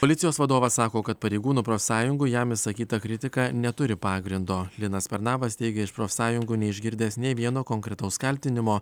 policijos vadovas sako kad pareigūnų profsąjungų jam išsakyta kritika neturi pagrindo linas pernavas teigė iš profsąjungų neišgirdęs nei vieno konkretaus kaltinimo